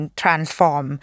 transform